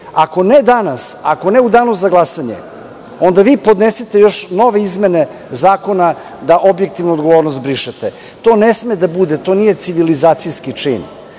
Ako ne danas, ako ne u danu za glasanje, onda vi podnesite nove izmene zakona da objektivnu odgovornost brišete. To ne sme da bude, to nije civilizacijski